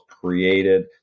created